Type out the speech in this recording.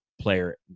player